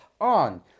on